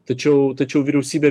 tačiau tačiau vyriausybė